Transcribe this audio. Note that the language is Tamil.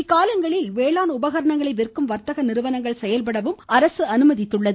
இக்காலத்தில் வேளாண் உபகரணங்களை விற்கும் வர்தக நிறுவனங்கள் செயல்படவும் அரசு அனுமதித்துள்ளது